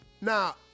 Now